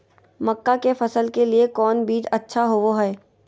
मक्का के फसल के लिए कौन बीज अच्छा होबो हाय?